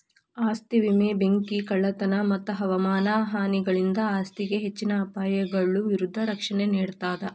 ಆಸ್ತಿ ವಿಮೆ ಬೆಂಕಿ ಕಳ್ಳತನ ಮತ್ತ ಹವಾಮಾನ ಹಾನಿಗಳಿಂದ ಆಸ್ತಿಗೆ ಹೆಚ್ಚಿನ ಅಪಾಯಗಳ ವಿರುದ್ಧ ರಕ್ಷಣೆ ನೇಡ್ತದ